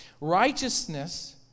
Righteousness